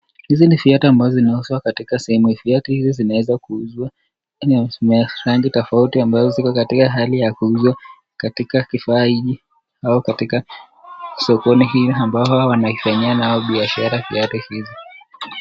Hizi ni viatu ambazo zinauzwa katika sehemu hii. Viatu hizi zimeweza kuuzwa na ni za rangi tofauti, ambazo ziko katika hali ya kuuzwa katika kifaa hiki au katika sokoni hii ambao hawa wanaifanyia nayo biashara viatu hizi.